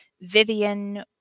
Vivian